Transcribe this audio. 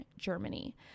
Germany